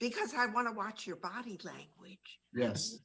because i want to watch your body language yes